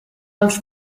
als